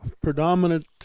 predominant